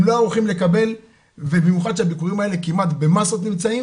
הם לא ערוכים לקבל ובמיוחד שהביקורים האלה כמעט במסות נמצאים